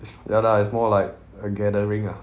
ya lah it's more like a gathering ah